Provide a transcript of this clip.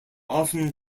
often